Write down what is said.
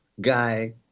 guy